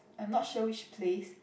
I'm not sure which place